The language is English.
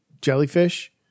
jellyfish